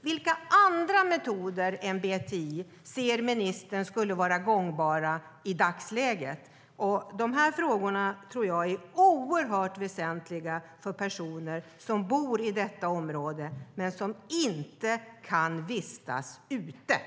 Vilka andra metoder än BTI ser ministern skulle vara gångbara i dagsläget?